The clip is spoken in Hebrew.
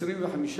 סעיף 1 נתקבל.